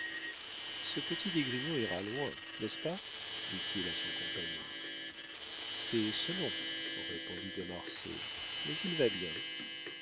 ce petit d'esgrignon ira loin n'est-ce pas dit-il à son compagnon c'est selon répondit de marsay mais il va bien